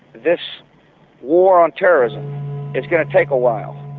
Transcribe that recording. this war on terrorism is going to take a while.